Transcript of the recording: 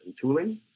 tooling